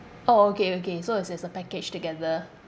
orh okay okay so it's it's a package together